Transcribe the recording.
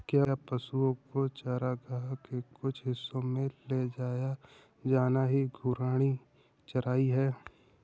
क्या पशुओं को चारागाह के कुछ हिस्सों में ले जाया जाना ही घूर्णी चराई है?